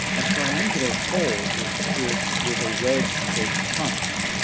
a triangular hole was pierced with a wedge-shaped punch.